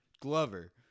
Glover